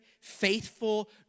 faithful